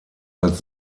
als